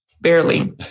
Barely